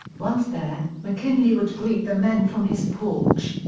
once there, mckinley would greet the men from his porch.